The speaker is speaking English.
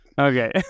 Okay